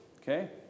okay